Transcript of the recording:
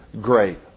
great